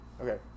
okay